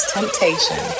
Temptation